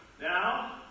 Now